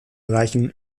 erreichen